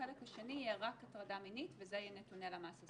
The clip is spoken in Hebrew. החלק השני יהיה רק הטרדה מינית וזה יהיה נתוני למ"ס.